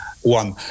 one